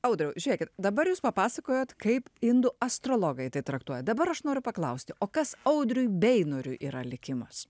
audriau žiūrėkit dabar jūs papasakojot kaip indų astrologai tai traktuoja dabar aš noriu paklausti o kas audriui beinoriui yra likimas